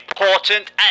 important